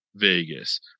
vegas